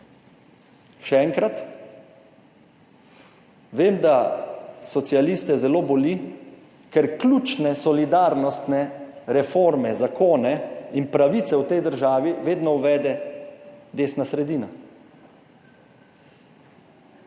Še enkrat, vem, da socialiste zelo boli, ker ključne solidarnostne reforme, zakone in pravice v tej državi vedno uvede desna sredina,